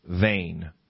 vain